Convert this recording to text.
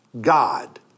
God